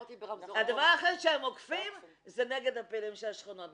הדבר היחיד שהם אוכפים זה נגד הפעילים של השכונות,